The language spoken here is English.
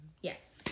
Yes